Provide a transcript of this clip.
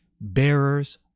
bearers